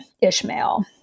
Ishmael